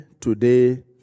today